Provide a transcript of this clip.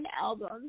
album